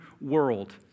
world